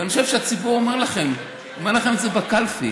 ואני חושב שהציבור אומר לכם את זה בקלפי.